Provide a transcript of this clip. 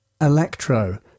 Electro